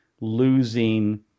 losing